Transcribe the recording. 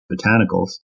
botanicals